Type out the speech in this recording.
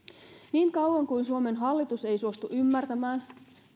niin kauan kuin suomen hallitus ei suostu ymmärtämään